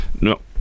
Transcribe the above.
no